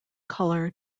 colour